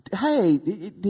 hey